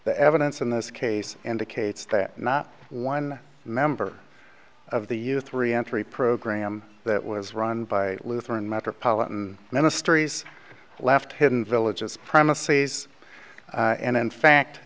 the evidence in this case indicates that not one member of the youth three entry program that was run by lutheran metropolitan ministries left hidden villages premises and in fact